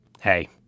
hey